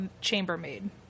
chambermaid